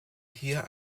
hier